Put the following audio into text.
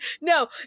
No